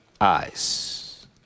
eyes